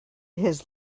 his